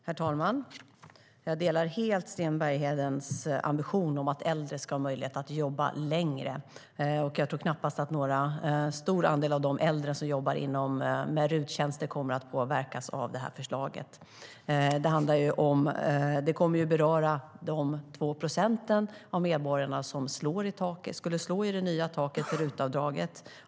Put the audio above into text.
Herr talman! Jag delar helt Sten Berghedens ambition att äldre ska ha möjlighet att jobba längre. Jag tror knappast att någon stor andel av de äldre som jobbar med RUT-tjänster kommer att påverkas av det här förslaget. Det kommer att beröra de 2 procent av medborgarna som skulle slå i det nya taket för RUT-avdraget.